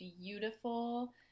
beautiful